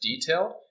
detailed